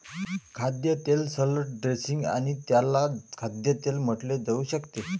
खाद्यतेल salad dressing आणि त्याला खाद्यतेल म्हटले जाऊ शकते